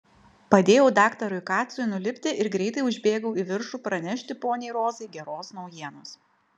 padėjau daktarui kacui nulipti ir greitai užbėgau į viršų pranešti poniai rozai geros naujienos